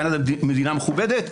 קנדה מדינה מכובדת,